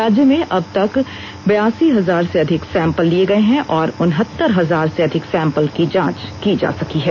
राज्य में अब तक बायसी हजार से अधिक सैंपल लिए गए और उन्नतर हजार से अधिक सैंपल की जांच की जा सकी है